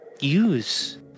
use